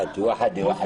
לא נכון.